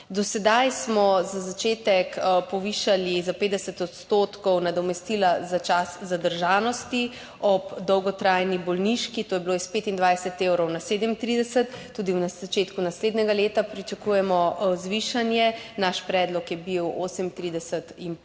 Do sedaj smo za začetek povišali za 50 % nadomestila za čas zadržanosti ob dolgotrajni bolniški, to je bilo s 25 evrov na 37, tudi v začetku naslednjega leta pričakujemo zvišanje, naš predlog je bil 38